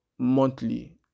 monthly